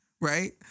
Right